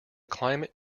climate